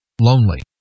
lonely